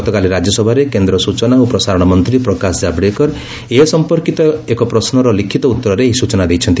ଗତକାଲି ରାଜ୍ୟସଭାରେ କେନ୍ଦ୍ର ସୂଚନା ଓ ପ୍ରସାରଣ ମନ୍ତ୍ରୀ ପ୍ରକାଶ ଜାବଡ଼େକର ଏ ସଂପର୍କିତ ଏକ ପ୍ରଶ୍ନର ଲିଖିତ ଉତ୍ତରରେ ଏହି ସୂଚନା ଦେଇଛନ୍ତି